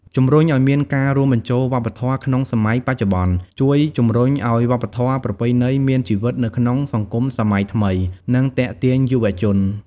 ជំរុញអោយមានការរួមបញ្ចូលវប្បធម៌ក្នុងសម័យបច្ចុប្បន្ន ជួយជំរុញឲ្យវប្បធម៌ប្រពៃណីមានជីវិតនៅក្នុងសង្គមសម័យថ្មី និងទាក់ទាញយុវជន។